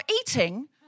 eating